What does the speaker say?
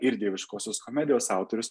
ir dieviškosios komedijos autorius